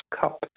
Cup